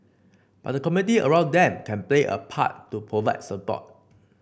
but the community around them can play a part to provide support